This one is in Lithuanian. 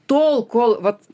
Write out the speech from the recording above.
tol kol vat